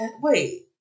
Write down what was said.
Wait